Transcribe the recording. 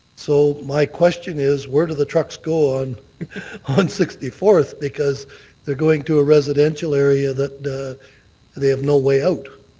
so my question is, where do the trucks go on on sixty fourth? because they're going to a residential area that they have no way out.